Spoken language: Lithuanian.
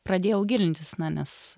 pradėjau gilintis na nes